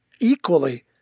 equally